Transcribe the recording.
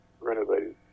renovated